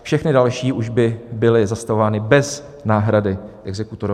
Všechna další už by byly zastavována bez náhrady exekutorovi.